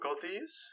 difficulties